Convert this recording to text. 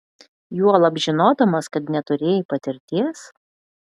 juolab žinodamas kad neturėjai patirties